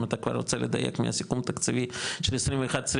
אם אתה כבר רוצה לדייק מהסיכום התקציבי של 21-24